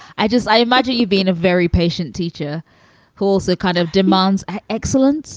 i just i imagine you've been a very patient teacher who also kind of demands ah excellence